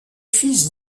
fils